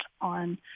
on